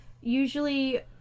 usually